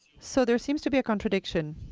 so there seems to be a contradiction.